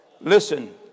listen